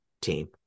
team